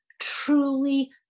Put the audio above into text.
truly